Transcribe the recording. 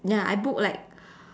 ya I book like